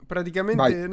Praticamente